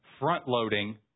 front-loading